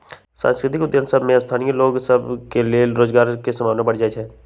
सांस्कृतिक उद्यम सभ में स्थानीय लोग सभ के लेल रोजगार के संभावना बढ़ जाइ छइ